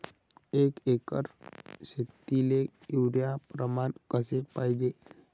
एक एकर शेतीले युरिया प्रमान कसे पाहिजे?